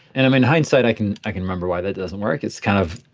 and i mean hindsight, i can i can remember why that doesn't work. it's kind of,